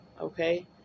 okay